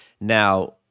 Now